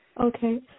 Okay